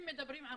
אם מדברים על